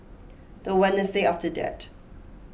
the Wednesday after that